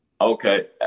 Okay